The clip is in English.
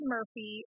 Murphy